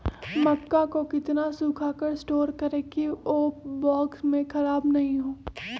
मक्का को कितना सूखा कर स्टोर करें की ओ बॉक्स में ख़राब नहीं हो?